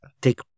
take